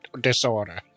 disorder